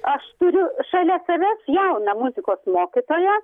aš turiu šalia savęs jauną muzikos mokytoją